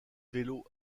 vélos